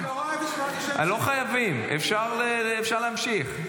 לא חייבים, אפשר להמשיך.